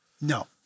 no